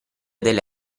delle